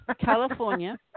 California